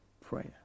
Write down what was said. prayer